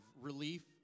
relief